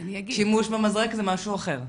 שימוש במזרק זה משהו אחר.